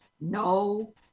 No